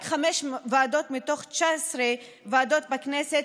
רק חמש ועדות מתוך 19 ועדות בכנסת,